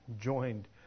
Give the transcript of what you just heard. joined